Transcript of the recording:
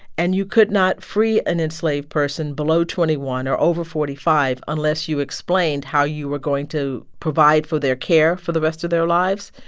and you could not free an enslaved person below twenty one or over forty five unless you explained how you were going to provide for their care for the rest of their lives.